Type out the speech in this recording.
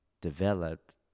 developed